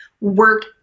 work